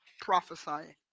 prophesying